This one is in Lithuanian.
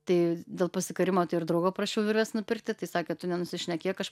tai dėl pasikorimo tai ir draugo prašiau virvės nupirkti tai sakė tu nenusišnekėk aš